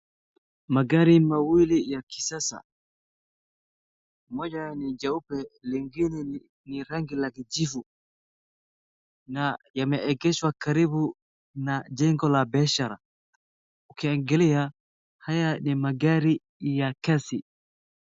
Magari mawili ya kisasa, moja ni jeupe liningine ni rangi la kijivu na yameegeshwa karibu na jengo la biashara. Ukiangalia haya ni magari ya kasi.